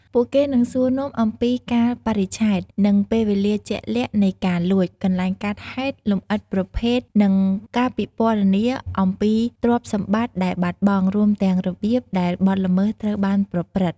ពួកគេនឹងសួរនាំអំពីកាលបរិច្ឆេទ និងពេលវេលាជាក់លាក់នៃការលួច កន្លែងកើតហេតុលម្អិតប្រភេទ និងការពិពណ៌នាអំពីទ្រព្យសម្បត្តិដែលបាត់បង់ រួមទាំងរបៀបដែលបទល្មើសត្រូវបានប្រព្រឹត្ត។